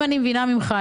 כפי שאני מבינה ממך,